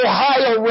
Ohio